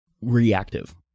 reactive